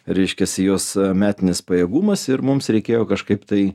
reiškiasi jos metinis pajėgumas ir mums reikėjo kažkaip tai